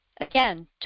again